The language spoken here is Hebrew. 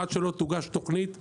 עד שלא תוגש תכנית סדורה.